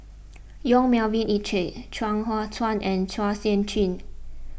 Yong Melvin Yik Chye Chuang Hui Tsuan and Chua Sian Chin